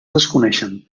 desconeixen